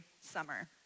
summer